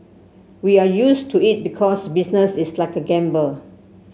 we are used to it because business is like a gamble